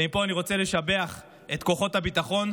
ומפה אני רוצה לשבח את כוחות הביטחון,